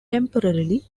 temporarily